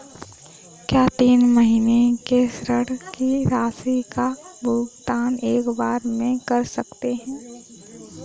क्या तीन महीने के ऋण की राशि का भुगतान एक बार में कर सकते हैं?